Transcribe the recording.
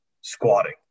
squatting